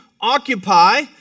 occupy